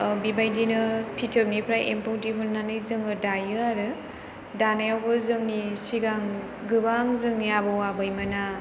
बेबादिनो फिथोबनिफ्राय एम्फौ दिहुन्नानै जोङो दायो आरो दानायावबो जोंनि सिगां गोबां जोंनि आबौ आबैमोना